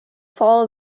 follow